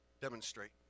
demonstrate